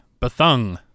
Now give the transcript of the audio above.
Bethung